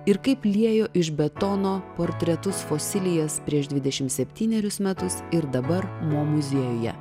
ir kaip liejo iš betono portretus fosilijas prieš dvidešimt septynerius metus ir dabar mo muziejuje